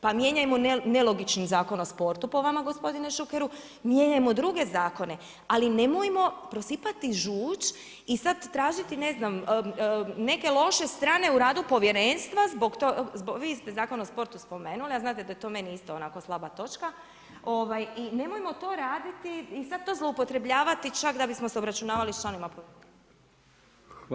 Pa mijenjajmo nelogičnim Zakon o sportu po vama gospodine Šukeru, mijenjajmo druge zakone, ali nemojmo prosipati žuč i sad tražiti ne znam neke loše strane u radu povjerenstva zbog, vi ste Zakon o sportu spomenuli a znate da je to meni isto onako slaba točka i nemojmo to raditi i sad to zloupotrebljavati čak da bi se obračunavali sa članovima povjerenstva.